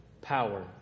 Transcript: power